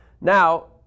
now